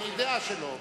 היא דעה שלו,